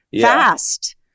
fast